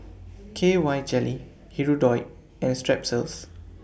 K Y Jelly Hirudoid and Strepsils